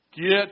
Get